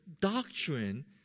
doctrine